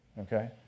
okay